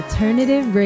Alternative